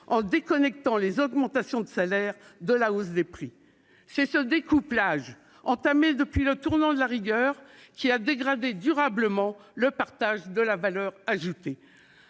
en déconnectant les augmentations de salaire de la hausse des prix. C'est ce découplage, entamé depuis le tournant de la rigueur, qui a dégradé durablement le partage de la valeur ajoutée.